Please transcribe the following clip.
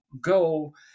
go